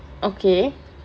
okay